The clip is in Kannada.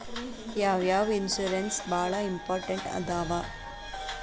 ಯಾವ್ಯಾವ ಇನ್ಶೂರೆನ್ಸ್ ಬಾಳ ಇಂಪಾರ್ಟೆಂಟ್ ಅದಾವ?